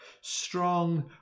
strong